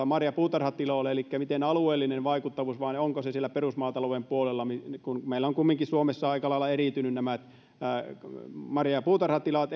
marja ja puutarhatiloille elikkä miten on alueellinen vaikuttavuus vai onko se siellä perusmaatalouden puolella meillä ovat kumminkin suomessa aika lailla eriytyneet nämä marja ja puutarhatilojen